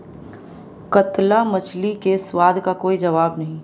कतला मछली के स्वाद का कोई जवाब नहीं